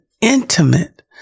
intimate